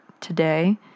today